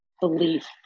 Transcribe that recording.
belief